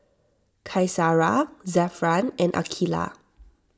Qaisara Zafran and Aqilah